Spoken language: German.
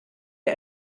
der